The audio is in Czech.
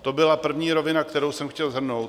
To byla první rovina, kterou jsem chtěl shrnout.